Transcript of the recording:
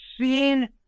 seen